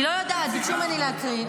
אני לא יודעת, ביקשו ממני להקריא.